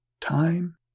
time